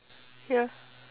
ya